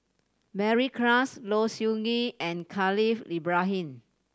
Mary Klass Low Siew Nghee and Khalil Ibrahim